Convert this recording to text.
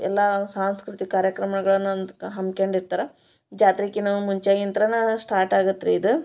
ಎಲ್ಲ ಸಾಂಸ್ಕೃತಿಕ ಕಾರ್ಯಕ್ರಮಗಳನ್ನು ಅಂದು ಹಮ್ಕ್ಯಂಡು ಇರ್ತಾರೆ ಜಾತ್ರೆಕ್ಕಿನ್ನ ಮುಂಚೆಗಿಂತ ಸ್ಟಾರ್ಟ್ ಆಗತ್ತೆ ರೀ ಇದು